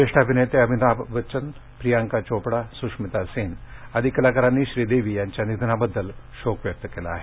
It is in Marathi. ज्येष्ठ अभिनेते अमिताभ बच्चन प्रियांका चोपडा स्श्मिता सेन आदी कलाकारांनी श्रीदेवी यांच्या निधनाबद्दल शोक व्यक्त केला आहे